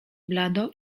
blado